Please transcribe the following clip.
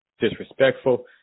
disrespectful